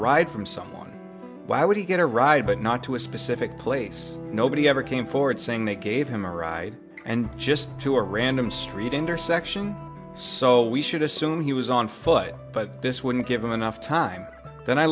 ride from someone why would he get a ride but not to a specific place nobody ever came forward saying they gave him a ride and just to a random street intersection so we should assume he was on foot but this wouldn't give him enough time then i